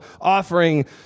offering